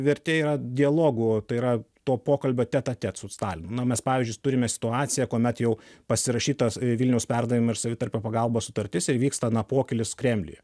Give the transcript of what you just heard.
vertė yra dialogų tai yra to pokalbio tet a tet su stalinu na mes pavyzdžiui turime situaciją kuomet jau pasirašyta vilniaus perdavimo ir savitarpio pagalbos sutartis ir vyksta na pokylis kremliuje